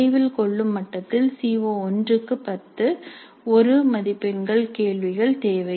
நினைவில் கொள்ளும் மட்டத்தில் சி ஓ1 க்கு 10 1 மதிப்பெண் கேள்விகள் தேவை